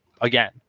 again